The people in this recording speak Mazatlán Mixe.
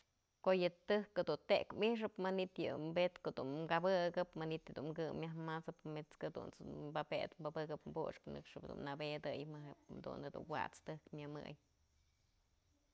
Ko'o yë tëjk këdu tëk mixëp, manytë yë betkë dun kabëkëp manytë dun kë myaj mat'sëp met'skë jadunt's dun pabëdëp bapëkëp puxkë nëkxëp dun nëbedëy maje, jadun jedun wat's tëjk myamëy.